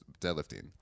deadlifting